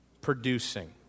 producing